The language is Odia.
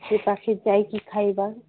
ସେ ପାଖେ ଯାଇକି ଖାଇବା